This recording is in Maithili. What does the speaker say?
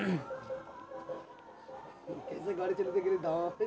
सिंचाई के कुल कतेक उपकरण होई छै?